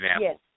Yes